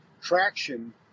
traction